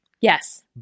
Yes